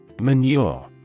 Manure